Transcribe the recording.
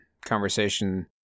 conversation